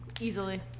Easily